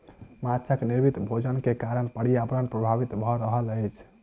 माँछक निर्मित भोजन के कारण पर्यावरण प्रभावित भ रहल अछि